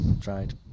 tried